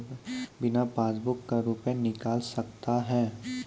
बिना पासबुक का रुपये निकल सकता हैं?